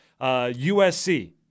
USC